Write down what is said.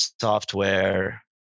software